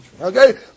Okay